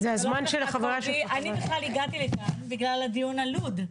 אני בכלל הגעתי לכאן בגלל הדיון על לוד.